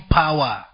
power